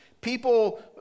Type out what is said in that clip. People